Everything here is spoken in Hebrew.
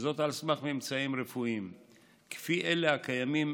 וזאת על סמך ממצאים רפואיים כמו אלה הקיימים